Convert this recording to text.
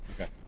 Okay